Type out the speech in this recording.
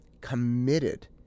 committed